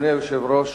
אדוני היושב-ראש,